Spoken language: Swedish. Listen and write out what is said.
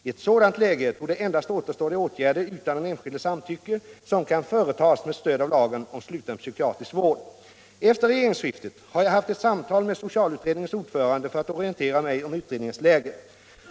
I ett sådant läge torde endast återstå de åtgärder utan den enskildes samtycke som kan företas med stöd av lagen om sluten psykiatrisk vård. Efter regeringsskiftet har jag haft ett samtal med socialutredningens ordförande för att orientera mig om utredningens läge.